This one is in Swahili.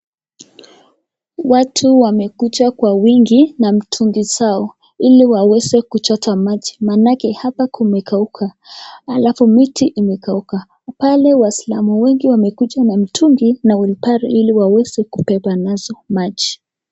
Watu wamekuja kwa wingi na mitungi zao ili waweze kuchota maji manake hapa kumekauka alafu miti imekauka. Pale wasilamu wengi wamekuja na mitungi na wheelbarrow hili waweze kubeba nazo maji.